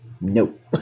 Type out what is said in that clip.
Nope